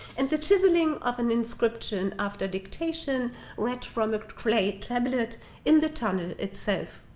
and the chiseling of an inscription after dictation read from the clay tablet in the tunnel itself.